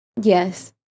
yes